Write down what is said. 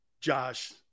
Josh